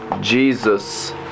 Jesus